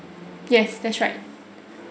yes that's right